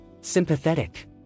Sympathetic